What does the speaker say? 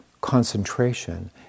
concentration